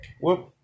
Whoop